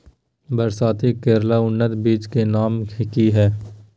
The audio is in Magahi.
बरसाती करेला के उन्नत बिज के नाम की हैय?